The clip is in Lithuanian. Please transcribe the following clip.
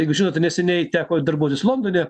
jeigu žinote neseniai teko darbuotis londone